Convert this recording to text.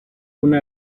una